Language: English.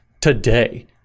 today